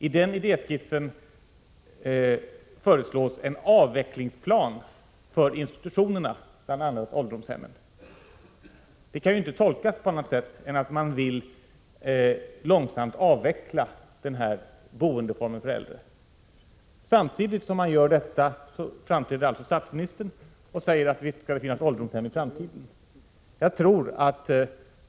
I idéskissen föreslås en avvecklingsplan för institutionerna, bl.a. ålderdomshemmen. Detta kan inte tolkas på annat sätt än att socialdemokraterna vill långsamt avveckla denna boendeform för äldre. Samtidigt som denna idéskiss skickas ut framträder alltså statsministern och säger att det skall finnas ålderdomshem i framtiden.